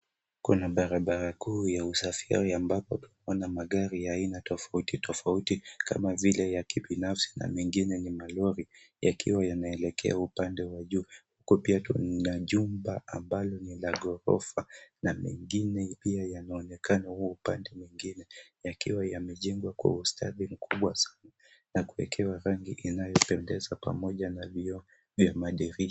Kuna barabara kuu ya usafiri ambapo kuna magari ya aina tofauti tofauti kama vile ya kibinafsi na mengine ni malori yakiwa yanaelekea upande wa juu. Huko pia kuna jumba ambayo ni ya gorofa na mengine hiyo yanaonekana huo upande mwingine yakiwa yamejengwa kwa ustadi mkubwa sana na kuwekewa rangi inayopendeza pamoja na vioo vya madirisha.